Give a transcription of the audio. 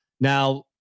Now